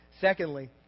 secondly